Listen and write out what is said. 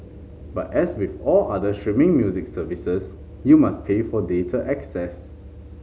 but as with all other streaming music services you must pay for data access